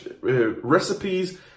recipes